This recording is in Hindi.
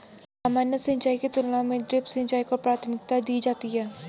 सामान्य सिंचाई की तुलना में ड्रिप सिंचाई को प्राथमिकता दी जाती है